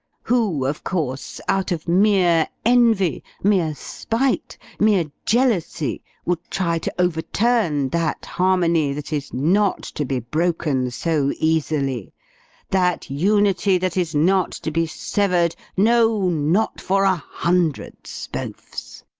who, of course, out of mere envy, mere spite mere jealousy, would try to overturn that harmony that is not to be broken so easily that unity that is not to be severed, no, not for a hundred spohfs!